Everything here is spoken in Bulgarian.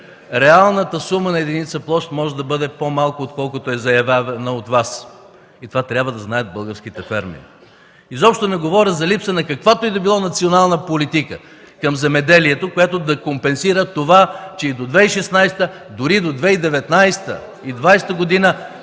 реалната сума на единица площ може да бъде по-малка, отколкото е заявена от Вас, и това трябва да го знаят българските фермери. Изобщо не говоря за липса на каквато и да било национална политика към земеделието, което да компенсира това, че и до 2016, дори до 2019-2020 г.